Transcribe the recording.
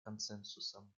консенсусом